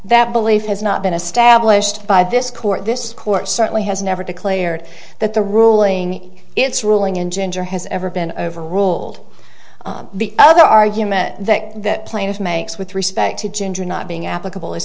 that belief has not been established by this court this court certainly has never declared that the ruling its ruling in ginger has ever been overruled the other argument that the plaintiff makes with respect to gender not being applicable is